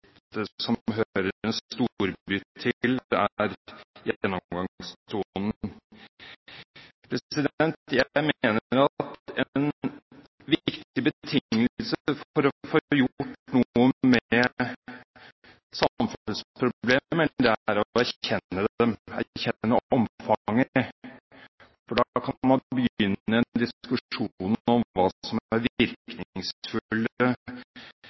som hører en storby til, er gjennomgangstonen. Jeg mener at en viktig betingelse for å få gjort noe med samfunnsproblemer, er å erkjenne dem, erkjenne omfanget, for da kan man begynne en diskusjon om hva som er